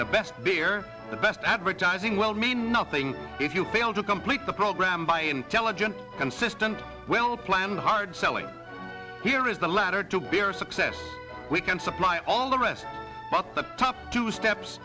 the best beer the best advertising will mean nothing if you fail to complete the program by intelligent consistent well planned hard selling here is a letter to beer success we can supply all the rest but the top two steps